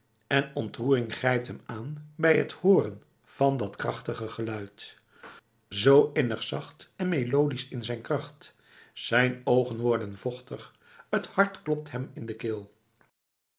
en ontroering grijpt hem aan bij het hooren van dat krachtige geluid zoo innig zacht en melodisch in zijn kracht zijn oogen worden vochtig het hart klopt hem in de keel